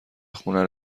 خونه